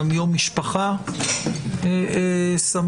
יום משפחה שמח